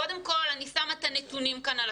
קודם כל, אני נותנת את הנתונים של היום.